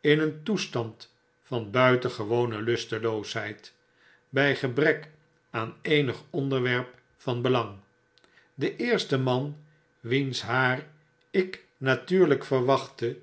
in een toestand van buitengewone lusteloosheid bij gebrek aan eenig onderwerp van belang de eerste man wiens haar ik natuurlyk verwachtte